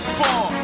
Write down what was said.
four